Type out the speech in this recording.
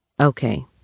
Okay